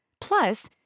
Plus